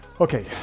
Okay